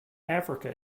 africa